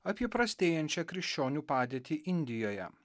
apie prastėjančią krikščionių padėtį indijoje